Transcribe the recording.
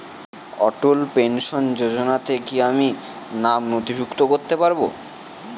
অটল pension যোজনাতে কি আমি নাম নথিভুক্ত করতে পারবো?